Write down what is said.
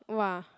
!wah!